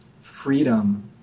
freedom